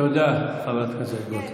תודה, חברת הכנסת גוטליב.